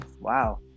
wow